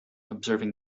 observing